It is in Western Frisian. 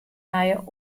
nije